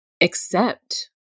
accept